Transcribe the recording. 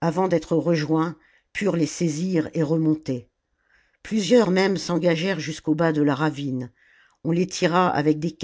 avant d'être rejoints purent les saisir et remonter plusieurs même s'engagèrent jusqu'au bas de la ravine on les tira avec des